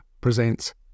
presents